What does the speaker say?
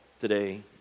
today